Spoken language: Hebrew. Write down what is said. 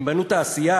הם בנו תעשייה?